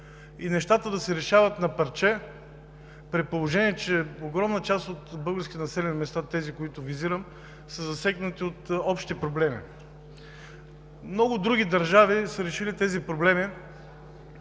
и нещата да се решават на парче, при положение че огромна част от българските населени места, тези които визирам, са засегнати от общи проблеми. Много други държави са решили тези проблеми